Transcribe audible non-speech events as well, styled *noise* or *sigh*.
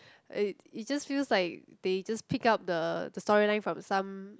*noise* it just feels like they just pick up the the story line from some